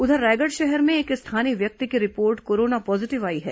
उधर रायगढ़ शहर में एक स्थानीय व्यक्ति की रिपोर्ट कोरोना पॉजीटिव आई है